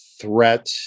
threat